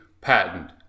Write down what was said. patent